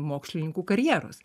mokslininkų karjeros